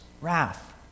wrath